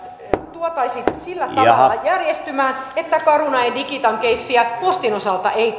tuotaisiin sillä tavalla järjestymään että carunan ja digitan keissi postin osalta ei